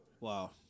Wow